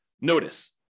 Notice